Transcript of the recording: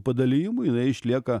padalijimų jinai išlieka